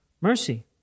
mercy